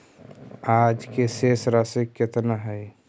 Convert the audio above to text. आज के शेष राशि केतना हई?